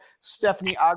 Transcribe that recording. Stephanie